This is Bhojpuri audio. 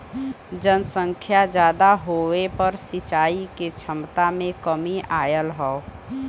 जनसंख्या जादा होये पर सिंचाई के छमता में कमी आयल हौ